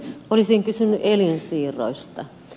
olisin kysynyt elinsiirroista